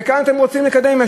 וכאן אתם רוצים לקדם,